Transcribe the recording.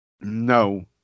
no